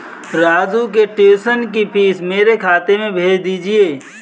राजू के ट्यूशन की फीस मेरे खाते में भेज दीजिए